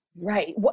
Right